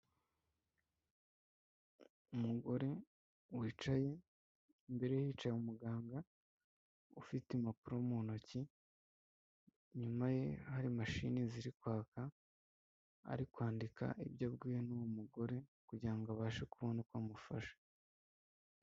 Umugore wicaye, imbere ye hicaye umuganga ufite impapuro mu ntoki, inyuma ye hari mashini ziri kwaka, ari kwandika ibyo abwiwe n'uwo mugore kugira ngo abashe kubona uko amufasha.